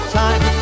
time